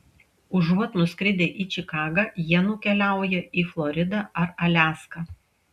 užuot nuskridę į čikagą jie nukeliauja į floridą ar aliaską